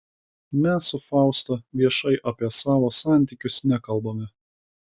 mes su fausta viešai apie savo santykius nekalbame